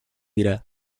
dira